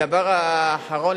הדבר האחרון,